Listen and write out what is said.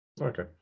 Okay